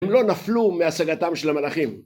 הם לא נפלו מהשגתם של המלאכים